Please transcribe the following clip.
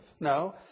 No